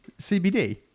CBD